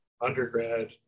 undergrad